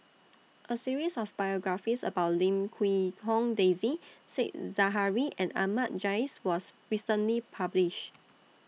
A series of biographies about Lim Quee Hong Daisy Said Zahari and Ahmad Jais was recently published